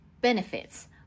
benefits